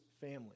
family